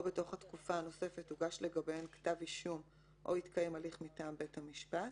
בתוך התקופה הנוספת הוגש לגביהן כתב אישום או התקיים הליך מטעם בית המשפט